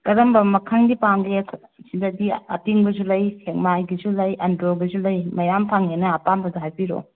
ꯀꯔꯝꯕ ꯃꯈꯟꯒꯤ ꯄꯥꯝꯒꯦ ꯁꯤꯗꯗꯤ ꯑꯇꯤꯡꯕꯁꯨ ꯂꯩ ꯁꯦꯛꯃꯥꯏꯒꯤꯁꯨ ꯂꯩ ꯑꯟꯗ꯭ꯔꯣꯒꯤꯁꯨ ꯂꯩ ꯃꯌꯥꯝ ꯐꯪꯉꯦꯅ ꯅꯪ ꯑꯄꯥꯝꯕꯗꯣ ꯍꯥꯏꯕꯤꯔꯛꯑꯣ